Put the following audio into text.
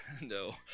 no